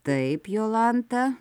taip jolanta